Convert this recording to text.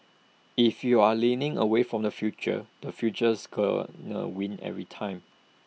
if you're leaning away from the future the future is gonna win every time